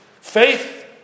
faith